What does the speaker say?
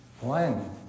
one